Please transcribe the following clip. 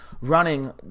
running